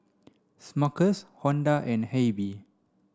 Smuckers Honda and AIBI